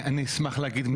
אני אשמח להגיד מילה.